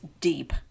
deep